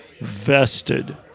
vested